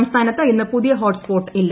സംസ്ഥാനത്ത് ഇന്ന് പുതിയ ഹോട്ട്സ്പോട്ടുകൾ ഇല്ല